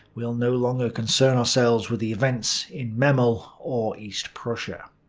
we'll no longer concern ourselves with events in memel or east prussia.